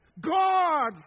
God